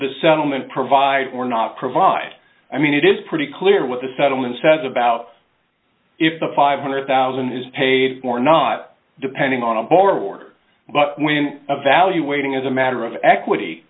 the settlement provide or not provide i mean it is pretty clear what the settlement says about if the five hundred thousand is paid or not depending on a board but when evaluating as a matter of equity